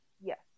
yes